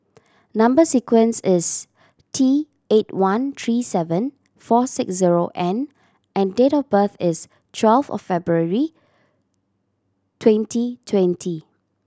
number sequence is T eight one three seven four six zero N and date of birth is twelve of February twenty twenty